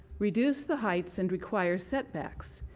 reduce the heights and require setbacks.